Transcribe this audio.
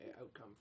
outcome